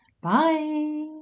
Bye